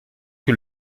que